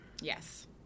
Yes